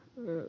löi